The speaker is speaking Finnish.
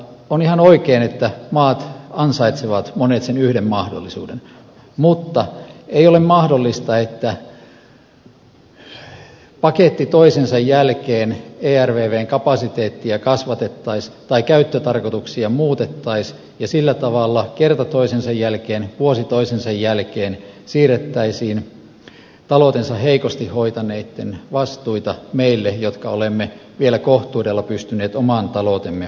on ihan oikein että monet maat ansaitsevat sen yhden mahdollisuuden mutta ei ole mahdollista että paketti toisensa jälkeen ervvn kapasiteettia kasvatettaisiin tai käyttötarkoituksia muutettaisiin ja sillä tavalla kerta toisensa jälkeen vuosi toisensa jälkeen siirrettäisiin taloutensa heikosti hoitaneitten vastuita meille jotka olemme vielä kohtuudella pystyneet oman taloutemme hoitamaan